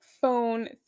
phone